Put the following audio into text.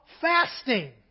Fasting